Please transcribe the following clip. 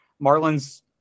Marlins